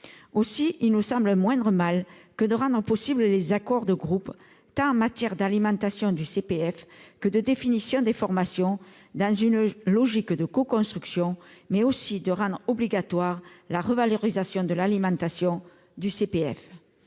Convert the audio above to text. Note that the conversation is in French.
Aussi, le fait non seulement de rendre possibles les accords de groupe, tant pour l'alimentation du CPF que pour la définition des formations, dans une logique de coconstruction, mais aussi de rendre obligatoire la revalorisation de l'alimentation du CPF